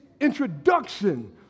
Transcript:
introduction